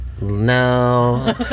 No